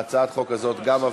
גם הצעת חוק הזאת עברה.